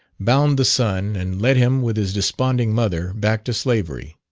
bound the son and led him, with his desponding mother, back to slavery.